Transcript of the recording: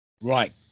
Right